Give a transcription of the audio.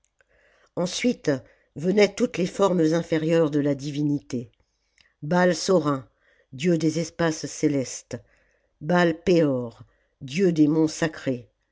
ensuite venaient toutes les formes inférieures de la divinité baai samin dieu des espaces célestes baai peor dieu des monts sacrés